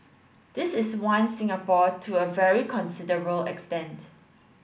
this is one Singapore to a very considerable extent